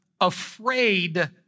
afraid